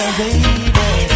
baby